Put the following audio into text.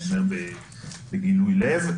זה בגילוי לב,